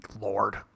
Lord